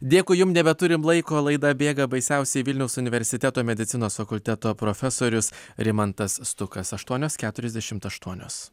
dėkui jum nebeturim laiko laida bėga baisiausiai vilniaus universiteto medicinos fakulteto profesorius rimantas stukas aštuonios keturiasdešimt aštuonios